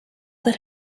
that